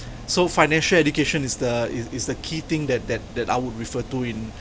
so financial education is the is the key thing that that that I would refer to in